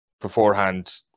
beforehand